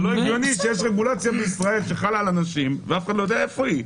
לא הגיוני שיש רגולציה בישראל שחלה על אנשים ואף אחד לא יודע איפה היא.